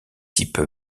type